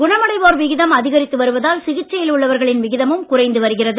குணமடைவோர் விகிதம் அதிகரித்து வருவதால் சிகிச்சையில் உள்ளவர்களின் விகிதமும் குறைந்து வருகிறது